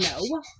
No